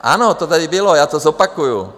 Ano, to tady bylo, já to zopakuju.